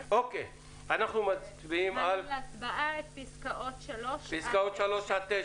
אנחנו מעלים להצבעה את פסקאות (3) עד (9).